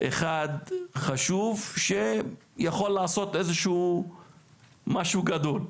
אחד חשוב שיכול לעשות איזה שהוא משהו גדול,